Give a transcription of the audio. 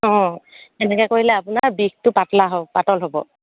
অঁ এনেকৈ কৰিলে আপোনাৰ বিষটো পাতলা হ'ব পাতল হ'ব